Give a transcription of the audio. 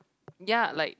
ya like